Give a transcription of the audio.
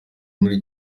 muri